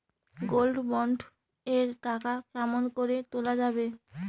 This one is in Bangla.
গোল্ড বন্ড এর টাকা কেমন করি তুলা যাবে?